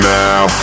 now